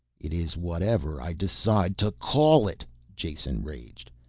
it is whatever i decide to call it! jason raged.